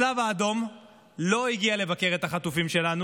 הצלב האדום לא הגיע לבקר את החטופים שלנו,